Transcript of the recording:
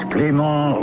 Clément